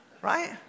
Right